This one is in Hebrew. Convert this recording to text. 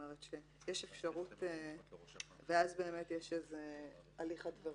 ואז יש הליך אדברסרי.